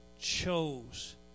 chose